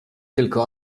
tylko